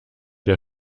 der